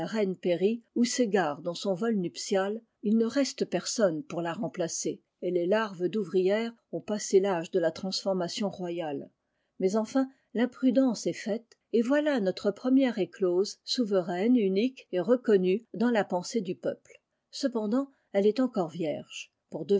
périt s'égare dans son vol nuptial il ne reste personne pour la remplacer et les larves d'ouvrières ont passé fâge de la transformation royale mais enfin timprudence est faite et voilà notre première éolose souveraine unique et reconnue dans la pensée du peuple cependant elle est encore vierge